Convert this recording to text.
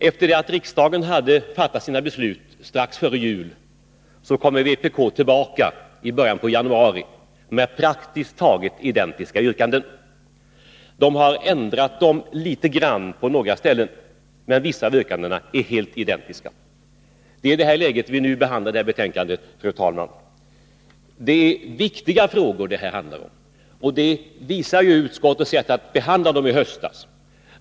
Efter det att riksdagen hade fattat sina beslut strax före jul kommer vpk tillbaka i början av januari med praktiskt taget identiska yrkanden. En del av dem har man ändrat litet grand på några ställen, men vissa är helt identiska med de tidigare. Det är med den utgångspunkten, fru talman, som vi nu behandlar detta betänkande. Det handlar här om viktiga frågor, vilket också framgick av utskottets sätt att behandla dem i höstas.